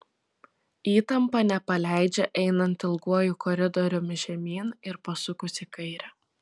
įtampa nepaleidžia einant ilguoju koridoriumi žemyn ir pasukus į kairę